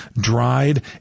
dried